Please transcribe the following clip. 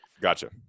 Gotcha